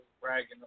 bragging